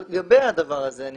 על גבי הדבר הזה יש